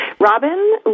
Robin